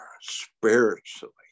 spiritually